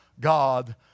God